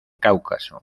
cáucaso